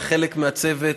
וחלק מהצוות,